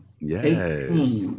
Yes